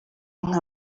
nka